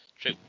True